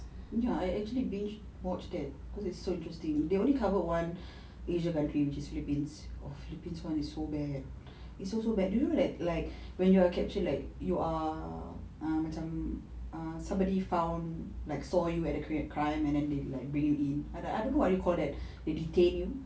ya I actually binged watched that it's so interesting they only cover one asian country which is philippines philippines one is so bad it's so so bad do you know that like when you are captured like you are ah macam uh somebody found like saw you at the the crime and they like bring you in I don't know what you call that they detain you